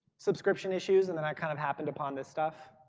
subscription issues and then i kind of happened upon this stuff,